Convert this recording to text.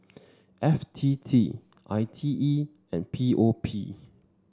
F T T I T E and P O P